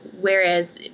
whereas